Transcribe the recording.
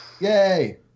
Yay